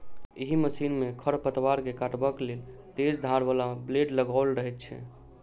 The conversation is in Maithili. एहि मशीन मे खढ़ पतवार के काटबाक लेल तेज धार बला ब्लेड लगाओल रहैत छै